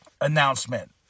announcement